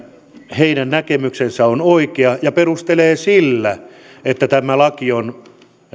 heidän näkemyksensä on oikea ja perustelee sillä että tämä laki on